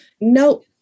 nope